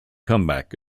comeback